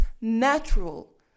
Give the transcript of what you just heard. natural